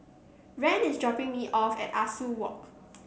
Rand is dropping me off at Ah Soo Walk